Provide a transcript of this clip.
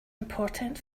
important